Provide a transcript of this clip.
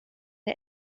der